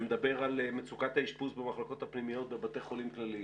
שמדבר על מצוקת האשפוז במחלקות הפנימיות בבתי חולים כלליים,